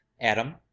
Adam